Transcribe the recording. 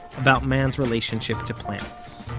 about man's relationship to plants.